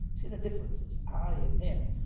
see the differences, i and him,